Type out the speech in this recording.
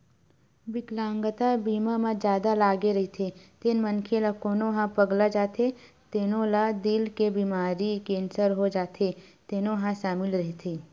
बिकलांगता बीमा म जादा लागे रहिथे तेन मनखे ला कोनो ह पगला जाथे तेनो ला दिल के बेमारी, केंसर हो जाथे तेनो ह सामिल रहिथे